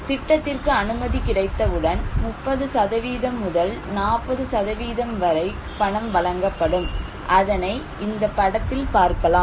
திட்டத்திற்கு அனுமதி கிடைத்தவுடன் 30 முதல் 40 வரை பணம் வழங்கப்படும் அதனை இந்த படத்தில் பார்க்கலாம்